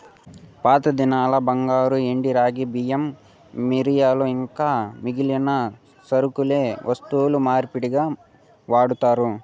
పాతదినాల్ల బంగారు, ఎండి, రాగి, బియ్యం, మిరియాలు ఇంకా మిగిలిన సరకులే వస్తు మార్పిడిగా వాడారు